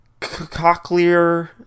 cochlear